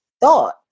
thought